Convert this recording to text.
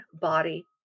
body